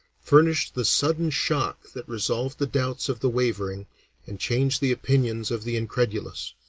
furnished the sudden shock that resolved the doubts of the wavering and changed the opinions of the incredulous.